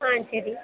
ஆ சரி